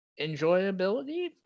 enjoyability